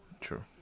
True